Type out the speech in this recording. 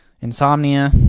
insomnia